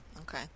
okay